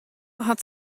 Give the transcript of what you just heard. hat